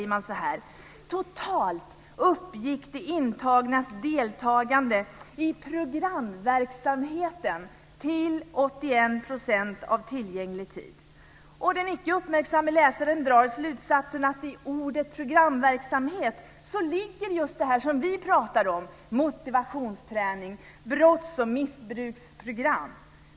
Man säger: Den icke uppmärksamme läsaren drar slutsatsen att i ordet programverksamhet ligger just det som vi pratar om: motivationsträning och brotts och missbruksprogram.